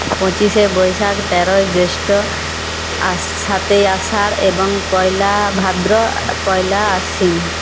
পঁচিশে বৈশাখ তেরোই জ্যৈষ্ঠ আ সাতই আষাঢ় এবং পয়লা ভাদ্র পয়লা আশ্বিন